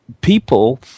people